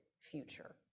future